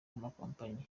amakompanyi